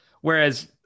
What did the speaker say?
Whereas